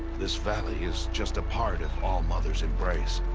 this valley is just a part of all-mother's embrace.